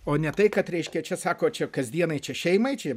o ne tai kad reiškia čia sako čia kasdienai čia šeimai čia